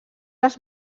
les